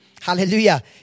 Hallelujah